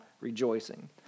rejoicing